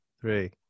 three